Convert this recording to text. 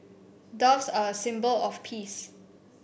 doves are a symbol of peace